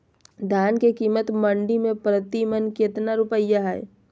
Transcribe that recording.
धान के कीमत मंडी में प्रति मन कितना रुपया हाय?